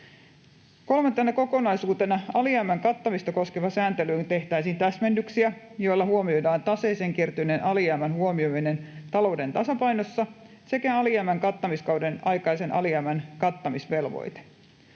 Kolmantena kokonaisuutena alijäämän kattamista koskevaan sääntelyyn tehtäisiin täsmennyksiä, joilla huomioidaan taseeseen kertyneen alijäämän huomioiminen talouden tasapainossa sekä alijäämän kattamiskauden aikaisen alijäämän kattamisvelvoite.